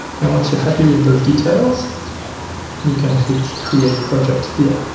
and once you're happy with those details you can click create project here.